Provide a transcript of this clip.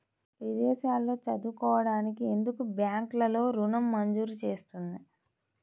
విదేశాల్లో చదువుకోవడానికి ఎందుకు బ్యాంక్లలో ఋణం మంజూరు చేస్తుంది?